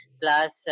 plus